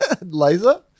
Laser